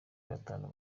batanu